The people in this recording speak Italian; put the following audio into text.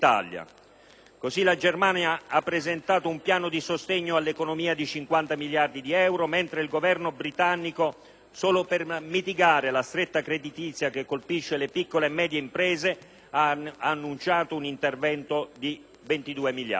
Così la Germania ha presentato un piano di sostegno all'economia di 50 miliardi di euro, mentre il Governo britannico, solo per mitigare la stretta creditizia che colpisce le piccole e medie imprese, ha annunciato un intervento da 22 miliardi.